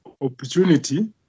opportunity